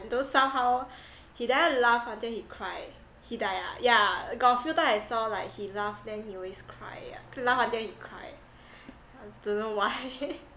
those somehow hidayah laugh until he cry hidayah yeah got a few time I saw like he laugh then he always cry ah laugh until he cry I don't know why